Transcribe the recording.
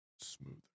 smoother